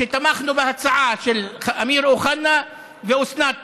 שתמכנו בהצעה של אמיר אוחנה ואוסנת מארק,